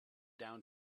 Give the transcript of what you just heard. down